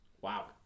Wow